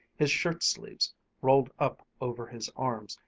his shirt-sleeves rolled up over his arms,